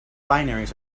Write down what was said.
binaries